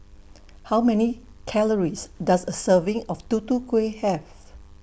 How Many Calories Does A Serving of Tutu Kueh Have